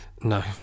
No